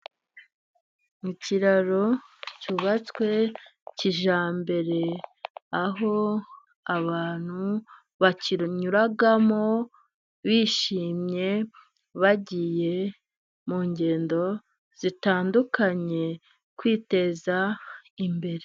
Ikiraro cyubatswe kijyambere, aho abantu bakinnyuramo bishimye bagiye mu ngendo zitandukanye kwiteza imbere.